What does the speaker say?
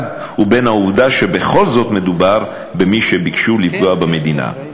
ובין העובדה שבכל זאת מדובר במי שביקשו לפגוע במדינה מצד שני.